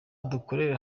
dukorere